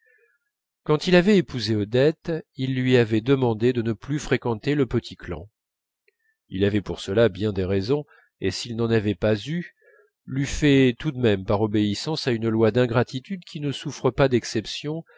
quand il avait épousé odette il lui avait demandé de ne plus fréquenter le petit clan il avait pour cela bien des raisons et s'il n'en avait pas eu l'eût fait tout de même par obéissance à une loi d'ingratitude qui ne souffre pas d'exception